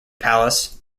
palace